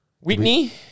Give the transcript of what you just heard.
Whitney